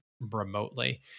remotely